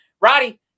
Roddy